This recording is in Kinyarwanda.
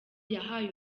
yahaye